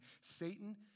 Satan